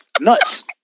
nuts